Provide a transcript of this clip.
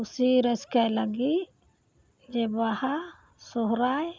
ᱠᱩᱥᱤ ᱨᱟᱹᱥᱠᱟᱹᱭ ᱞᱟᱹᱜᱤᱫ ᱡᱮ ᱵᱟᱦᱟ ᱥᱚᱦᱨᱟᱭ